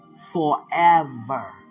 Forever